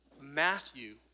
Matthew